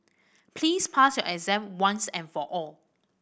please pass your exam once and for all